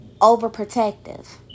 overprotective